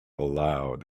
loud